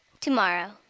Tomorrow